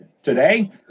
today